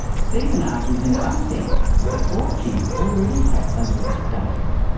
steven argues in one sense the four chimps already have a legal status.